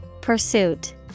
Pursuit